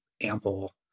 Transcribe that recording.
ample